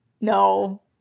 No